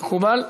מקובל?